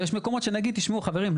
ויש מקומות שנגיד תשמעו חברים,